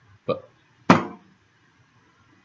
but